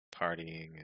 partying